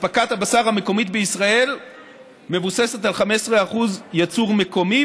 אספקת הבשר המקומית בישראל מבוססת על 15% ייצור מקומי,